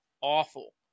awful